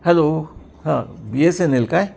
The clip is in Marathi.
हॅलो हां बी एस एन एल काय